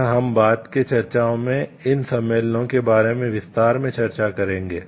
यह हम बाद के चर्चाओं में इन सम्मेलनों के बारे में विस्तार से चर्चा करेंगे